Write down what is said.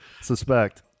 suspect